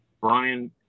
Brian